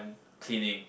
cleaning